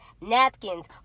napkins